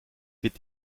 wird